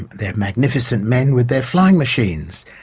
they're magnificent men with their flying machines.